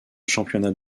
championnat